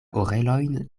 orelojn